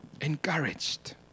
Encouraged